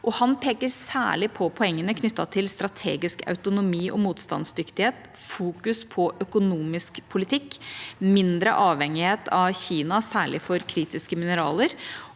Han peker særlig på poengene knyttet til strategisk autonomi og motstandsdyktighet, fokus på økonomisk politikk, mindre avhengighet av Kina, særlig for kritiske mineraler,